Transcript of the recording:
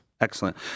Excellent